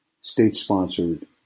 state-sponsored